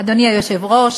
אדוני היושב-ראש,